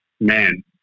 man